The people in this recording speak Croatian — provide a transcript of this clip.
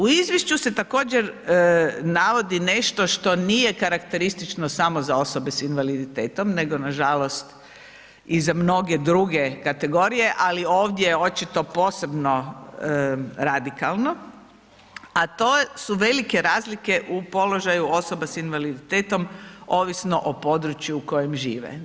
U izvješću se također navodi nešto što nije karakteristično samo za osobe s invaliditetom, nego nažalost i za mnoge druge kategorije, ali ovdje je očito posebno radikalno, a to su velike razlike u položaju osoba s invaliditetom ovisno o području u kojem žive.